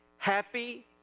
Happy